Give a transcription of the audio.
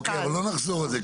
אוקיי, אבל לא נחזור לזה.